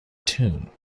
tune